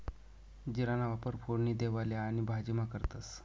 जीराना वापर फोडणी देवाले आणि भाजीमा करतंस